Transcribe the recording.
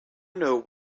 know